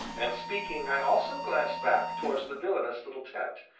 and, speaking, i also glanced back towards the villainous little tent,